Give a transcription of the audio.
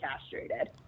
castrated